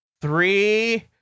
three